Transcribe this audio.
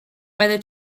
whether